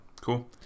Cool